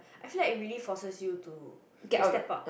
I feel like it really forces you to to step up